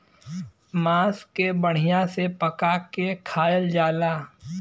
मांस के बढ़िया से पका के खायल जाला